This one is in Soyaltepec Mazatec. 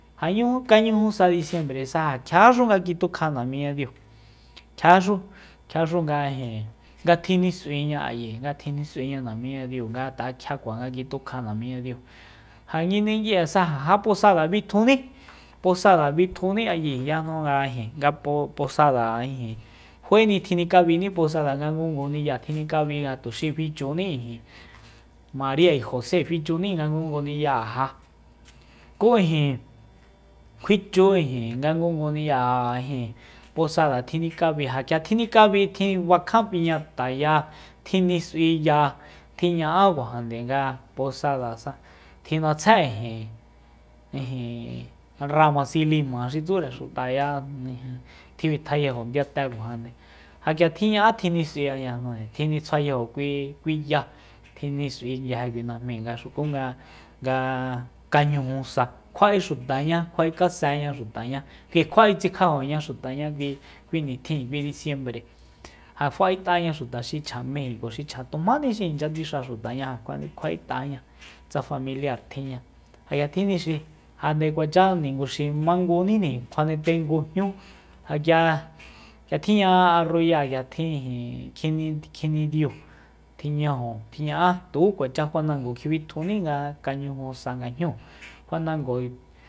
Ja ñuju kañuju sa disiembresa ja kjiaxu nga kitukja namiñadiu kjiaxu. kjiaxu nga ijin nga tjinis'uiña ayi nga tjinis'uiña namiña diu ngat'a kjiakua nga kitukja namiñadiu ja nguindengui'esa ja japosada bitjuní posada bitjuni ayi yajnu nga ijin nga po- posada ijin faeni tjinikabini posada nga ngungu ni'ya tjinikabi tuxi fichuní ijin mariya y jose fichuni nga ngungu ni'ya'eja ku ijin kjuichu ijin nga ngungu ni'ya'e ijin posada tjinikabi ja k'ia tjinikabi tji bakjan piñataya tjinis'uiya tjiña'a kuajande nga posadasa tjin'atsje ijin- ijin ramasilima xi tsure xutaya tjibitjayajo ndiyate kuajande ja k'ia tjiña'a tjinis'ui ayajnujande tjinitsjuayajo kui ya tjinis'ui nguije kui najmi nga xukunga nga kañuju sa kjua'e xutaña kjua'e kaseña xutaña k'ui kjua'etsikja'ajoña xutaña kui- kui nitjin kui disiembre ja fa'et'aña xuta xi chja mexiko xi chja tujmáni xi inchya tsixa xutaña ja kjua'e kjua'et'aña tsa familiar tjinña ja k'ia tjinis'ui ja nde kuacha ninguxi manguníjni kjuane tengu jñú ja k'ia jak'ia tjiña'a arruya k'ia tjin ijin kjindi- kjindidiu tji'ñaju tjiña'a tuku kuacha fanango kjibitjuni nga kañuju sa nga jñúu fanango